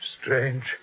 Strange